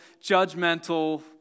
judgmental